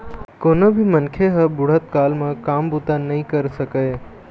कोनो भी मनखे ह बुढ़त काल म काम बूता नइ कर सकय